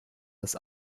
das